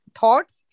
thoughts